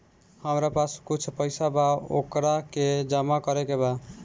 हमरा पास कुछ पईसा बा वोकरा के जमा करे के बा?